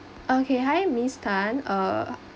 okay hi miss tan err